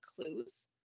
clues